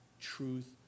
truth